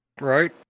Right